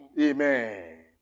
Amen